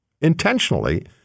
intentionally